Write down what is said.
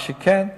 מה שכן,